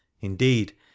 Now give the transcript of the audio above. indeed